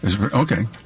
Okay